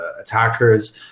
attackers